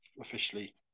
officially